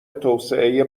توسعه